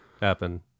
happen